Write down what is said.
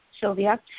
Sylvia